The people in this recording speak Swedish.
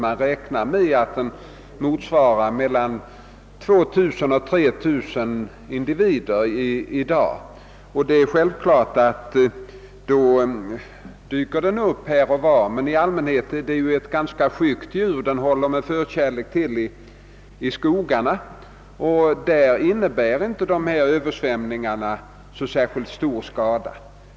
Man räknar med att den omfattar 2 000— 3 000 individer i dag, och det är självklart att den då dyker upp här och var. I allmänhet är bävern dock ett ganska skyggt djur. Den håller med förkärlek till vid vattendrag i skogarna, och där förorsakar inte dessa översvämningar så stor skada.